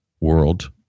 world